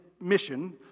mission